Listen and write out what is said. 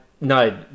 No